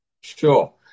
Sure